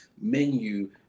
Menu